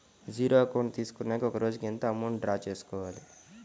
Zero account తీసుకున్నాక ఒక రోజుకి ఎంత అమౌంట్ డ్రా చేసుకోవాలి?